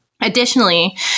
Additionally